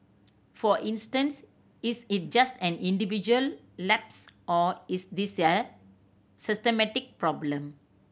for instance is it just an individual lapse or is this a systemic problem